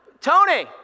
Tony